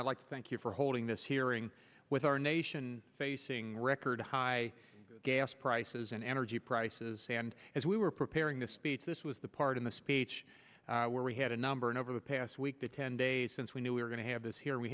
i'd like to thank you for holding this hearing with our nation facing record high gas prices and energy prices and as we were preparing this speech this was the part of the speech where we had a number and over the past week the ten days since we knew we were going to have this here we